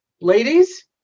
ladies